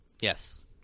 Yes